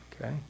Okay